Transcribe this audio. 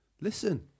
listen